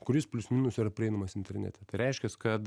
kuris plius minus yra prieinamas internete tai reiškias kad